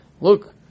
look